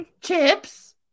Chips